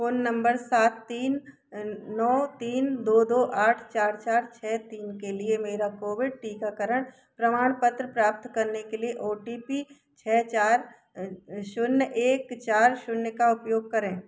phone number सात तीन नौ तीन दो दो आठ चार चार छः तीन के लिए मेरा कोविड टीकाकरण प्रमाणपत्र प्राप्त करने के लिए ओ टी पी छः चार जीरो एक चार जीरो का उपयोग करें